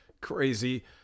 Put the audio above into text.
crazy